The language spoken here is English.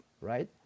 right